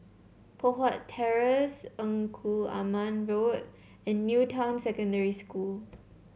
Poh Huat Terrace Engku Aman Road and New Town Secondary School